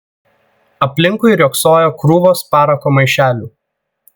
aplinkui riogsojo krūvos parako maišelių